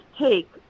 take